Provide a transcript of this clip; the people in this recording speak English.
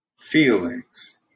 feelings